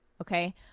Okay